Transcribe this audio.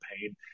pain